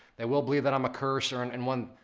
they will believe that i'm a curse, or in and one,